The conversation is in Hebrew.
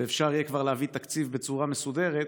וכבר אפשר יהיה להביא תקציב בצורה מסודרת,